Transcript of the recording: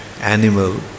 animal